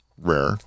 rare